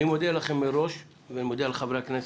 אני מודיע לכם מראש ואני מודיע לחברי הכנסת,